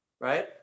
right